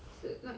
是 like